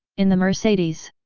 in the mercedes.